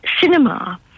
cinema